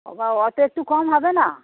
বাবা অত একটু কম হবে না